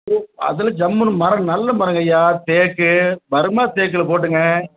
அதுலாம் ஜம்முன்னு மரம் நல்ல மரங்க ஐயா தேக்கு பர்மா தேக்கில் போட்டுங்க